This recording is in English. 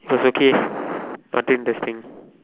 so so case nothing interesting